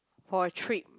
for a trip